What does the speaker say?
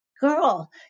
girl